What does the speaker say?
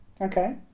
Okay